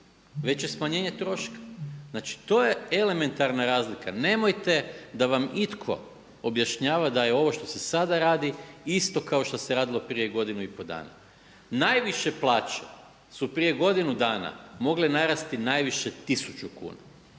veće smanjenje troška, znači to je elementarna razlika, nemojte da vam itko objašnjava da je ovo što se sada radi isto kao što se radilo prije godinu i pol dana. Najviše plaće su prije godinu dana mogle narasti najviše 1000 kuna,